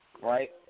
Right